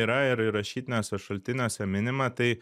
yra ir rašytiniuose šaltiniuose minima tai